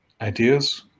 ideas